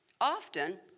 often